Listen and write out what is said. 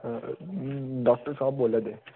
doctor साह्ब बोल्लै दे